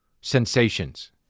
sensations